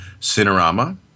Cinerama